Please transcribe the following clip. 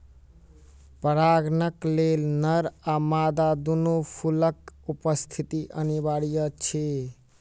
परागणक लेल नर आ मादा दूनू फूलक उपस्थिति अनिवार्य अछि